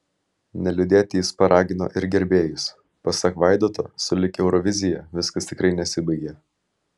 neliūdėti jis paragino ir gerbėjus pasak vaidoto sulig eurovizija viskas tikrai nesibaigia